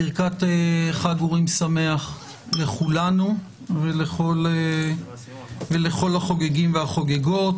ברכת חג אורים שמח לכולנו ולכל החוגגים והחוגגות.